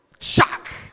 Shock